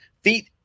feet